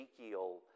Ezekiel